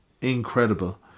incredible